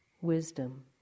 wisdom